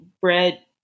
bread